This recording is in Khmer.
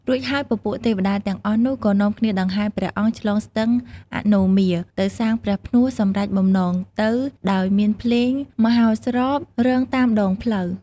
រួចហើយពពួកទេវតាទាំងអស់នេះក៏នាំគ្នាដង្ហែព្រះអង្គឆ្លងស្ទឹងអនោមាទៅសាងព្រះផ្នួសសម្រេចបំណងទៅ ដោយមានភ្លេងមហោស្រពរង់តាមដងផ្លូវ។